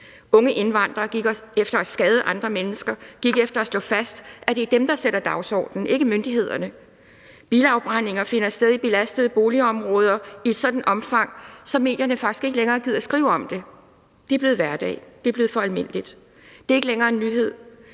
Unge indvandrere gik efter at skade andre mennesker, gik efter at slå fast, at det er dem, der sætter dagsordenen, ikke myndighederne. Bilafbrændinger finder sted i belastede boligområder i et sådant omfang, at medierne faktisk ikke længere gider skrive om det. Det er blevet hverdag, det er blevet for almindeligt, det er ikke længere en nyhed.